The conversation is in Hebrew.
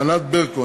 ענת ברקו,